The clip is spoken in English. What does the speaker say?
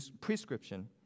prescription